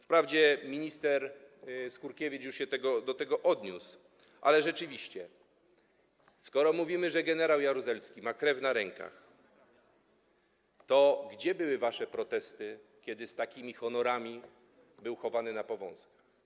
Wprawdzie minister Skurkiewicz już się do tego odniósł, ale skoro mówimy, że gen. Jaruzelski ma krew na rękach, to gdzie były wasze protesty, kiedy z takimi honorami był chowany na Powązkach?